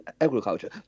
agriculture